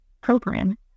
program